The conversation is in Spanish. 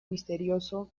misterioso